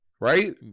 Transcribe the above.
Right